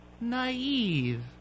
naive